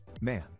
man